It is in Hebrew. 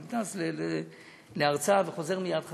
אני טס להרצאה וחוזר מייד בחזרה.